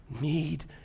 need